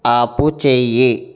ఆపుచేయి